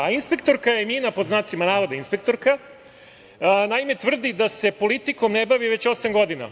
A inspektorka Emina, pod znacima navoda inspektorka, tvrdi da se politikom ne bavi već osam godina.